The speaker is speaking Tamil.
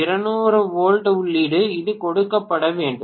200 வோல்ட் உள்ளீடு இது கொடுக்கப்பட வேண்டும்